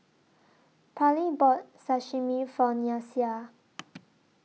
Parlee bought Sashimi For Nyasia